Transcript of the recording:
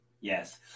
Yes